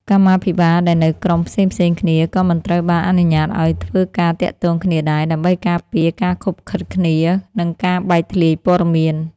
កម្មាភិបាលដែលនៅក្រុមផ្សេងៗគ្នាក៏មិនត្រូវបានអនុញ្ញាតឱ្យធ្វើការទាក់ទងគ្នាដែរ ដើម្បីការពារការឃុបឃិតគ្នា និងការបែកធ្លាយព័ត៌មាន។